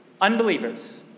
Unbelievers